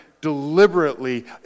deliberately